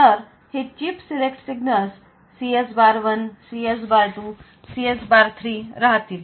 तर हे chip select signals CS bar one CS bar 2 CS bar 3 राहतील